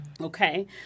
Okay